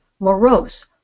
morose